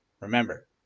Remember